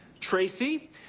Tracy